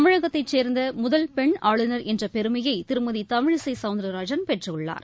தமிழகத்தைச் சேர்ந்த முதல் பெண் ஆளுநர் என்ற பெருமையை திருமதி தமிழிசை சவுந்தரராஜன் பெற்றுள்ளார்